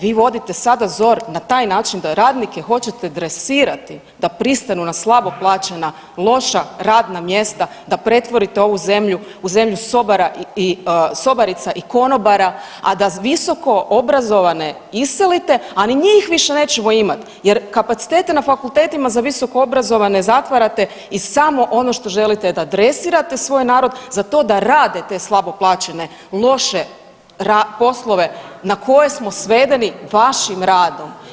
Vi vodite sada ZOR na taj način da radnike hoćete dresirati da pristanu na slabo plaćena, loša radna mjesta, da pretvorite ovu zemlju u zemlju sobara, sobarica i konobara, a da visoko obrazovane iselite, a ni njih više nećemo imat jer kapacitete na fakultetima za visokoobrazovane zatvarate i samo ono što želite je da dresirate svoj narod za to da rade te slabo plaćene loše poslove na koje smo svedeni vašim radom.